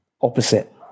opposite